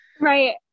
Right